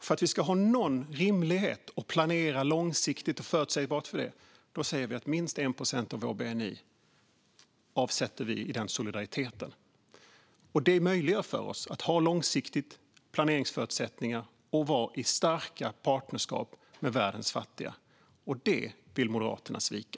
För att vi ska ha någon rimlig möjlighet att planera långsiktigt och förutsägbart för detta säger vi att vi avsätter minst 1 procent av Sveriges bni i den solidariteten. Det möjliggör för oss att ha långsiktiga planeringsförutsättningar och vara i starka partnerskap med världens fattiga. Det vill Moderaterna svika.